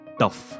tough